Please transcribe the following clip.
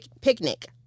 picnic